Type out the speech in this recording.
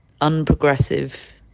unprogressive